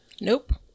Nope